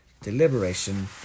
deliberation